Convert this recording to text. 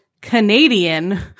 Canadian